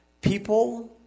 People